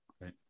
right